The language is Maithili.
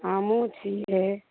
हमहुँ छियै